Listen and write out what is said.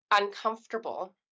uncomfortable